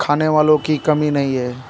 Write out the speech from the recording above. खाने वालों की कमी नहीं है